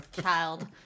child